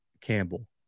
Campbell